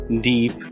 deep